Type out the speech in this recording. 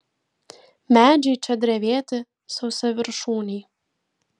medžiai čia drevėti sausaviršūniai